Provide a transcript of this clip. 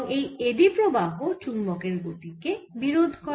এবং এই এডি প্রবাহ চুম্বকের গতি কে বিরোধ করে